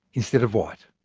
instead of white.